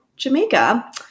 jamaica